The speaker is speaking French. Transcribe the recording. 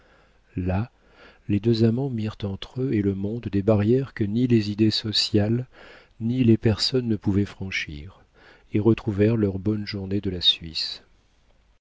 là les deux amants mirent entre eux et le monde des barrières que ni les idées sociales ni les personnes ne pouvaient franchir et retrouvèrent leurs bonnes journées de la suisse